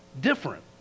Different